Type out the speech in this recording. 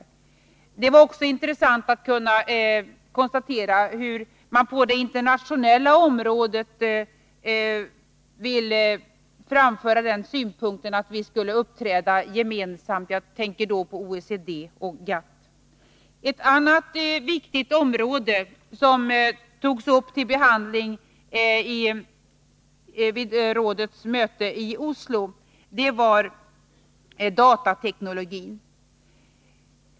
Det var också intressant att kunna konstatera hur man på det internationella området ville framföra den synpunkten att vi skulle uppträda gemensamt. Jag tänker då på OECD och GATT. Ett annat viktigt område som togs upp till behandling vid rådets möte i Oslo var datateknologin.